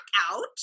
out